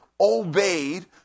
obeyed